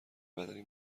بدنی